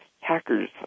hackers